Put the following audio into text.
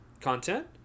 Content